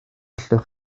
allwch